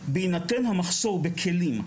בהינתן המחסור בכלים,